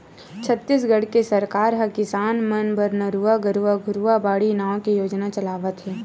छत्तीसगढ़ के सरकार ह किसान मन बर नरूवा, गरूवा, घुरूवा, बाड़ी नांव के योजना चलावत हे